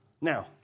Now